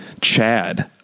Chad